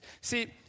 See